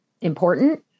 important